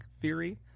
theory